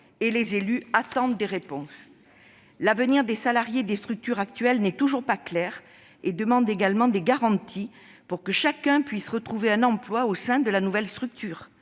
et les élus attendent des réponses. L'avenir des salariés des structures actuelles n'est toujours pas clair. Des garanties devront être apportées, pour que chacun puisse retrouver un emploi au sein de la nouvelle structure.